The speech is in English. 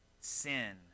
Sin